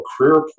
career